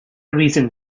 reasoned